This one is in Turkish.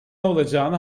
olacağını